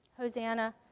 Hosanna